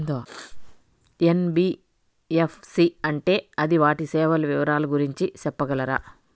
NBFC అంటే అది వాటి సేవలు వివరాలు గురించి సెప్పగలరా?